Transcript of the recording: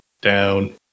down